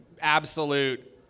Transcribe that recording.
Absolute